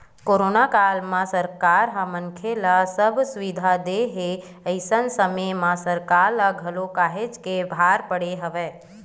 corona काल म सरकार ह मनखे ल सब सुबिधा देय हे अइसन समे म सरकार ल घलो काहेच के भार पड़े हवय